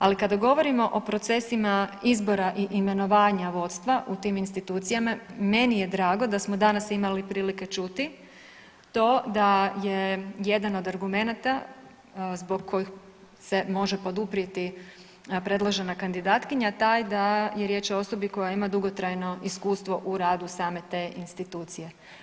Ali kada govorimo o procesima izbora i imenovanja vodstva u tim institucijama meni je drago da smo danas imali prilike čuti to da je jedan od argumenata zbog kojih se može poduprijeti predložena kandidatkinja taj da je riječ o osobi koja ima dugotrajno iskustvo u radu same te institucije.